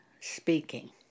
speaking